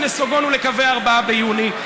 אחרי שנסוגונו לקווי ה-4 ביוני.